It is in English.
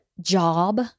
job